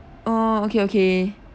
oh okay okay